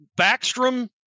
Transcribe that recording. Backstrom